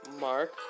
mark